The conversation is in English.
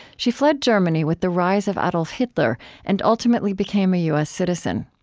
she fled germany with the rise of adolf hitler and ultimately became a u s. citizen.